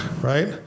right